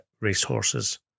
racehorses